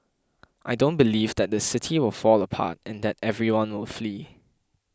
I don't believe that the city will fall apart and that everyone will flee